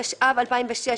התשע"ו 2016,